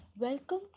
Welcome